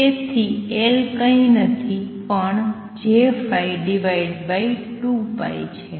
તેથી L કંઇ નથી પણ J2π છે